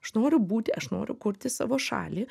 aš noriu būti aš noriu kurti savo šalį